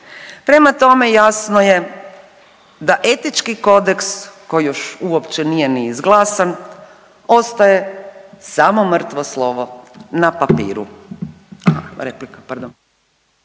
prema tome jasno je da Etički kodeks koji još uopće nije ni izglasan ostaje samo mrtvo slovo na papiru.